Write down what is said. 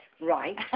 Right